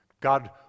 God